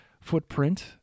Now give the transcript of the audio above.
footprint